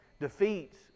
defeats